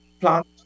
plant